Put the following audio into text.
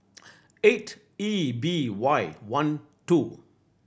eight E B Y one two